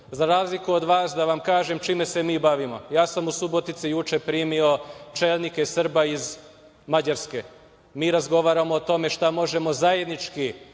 razliku od vas da vam kažem čime se mi bavimo. Ja sam u Subotici juče primio čelnike Srba iz Mađarske. Mi razgovaramo o tome šta možemo zajednički